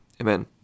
Amen